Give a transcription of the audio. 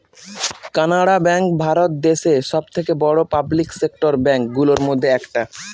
Canara bank Bharat দেশে সব থেকে বড়ো পাবলিক সেক্টর ব্যাঙ্ক গুলোর মধ্যে একটা